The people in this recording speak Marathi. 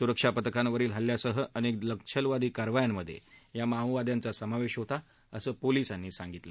सुरक्षा पथकांवरील हल्ल्यांसह अनक्वनक्षलवादी कारवायांमध्यव्वी माओवाद्यांचा समावधीहोता असं पोलिसांनी सांगितलं